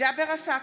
ג'אבר עסאקלה,